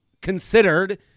considered